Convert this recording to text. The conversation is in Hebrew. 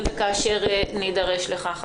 אם וכאשר נידרש לכך.